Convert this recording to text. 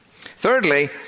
Thirdly